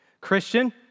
Christian